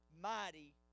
mighty